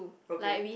okay